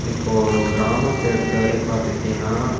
இப்போது கிராமத்தை எடுத்த வரையும் பார்த்துக்கிட்டிங்கன்னா